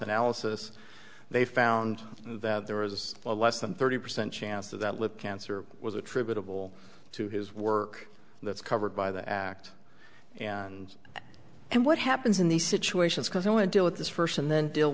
analysis they found that there was a less than thirty percent chance of that live cancer was attributable to his work that's covered by the act and what happens in these situations because you want to deal with this first and then deal